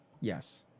Yes